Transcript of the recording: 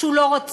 שהוא לא רצוי,